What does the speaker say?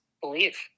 believe